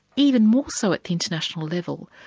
even more so at international level,